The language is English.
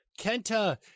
Kenta